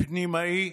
פנימאי